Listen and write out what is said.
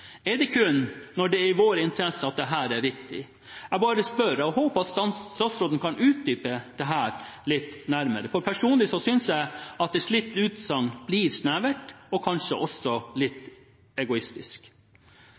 Er det kun når det er i vår interesse, at dette er viktig? Jeg bare spør og håper statsråden kan utdype dette litt nærmere. Personlig synes jeg et slikt utsagn blir snevert og kanskje også